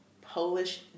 Polish